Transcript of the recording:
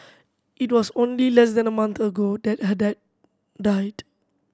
it was only less than a month ago that her dad died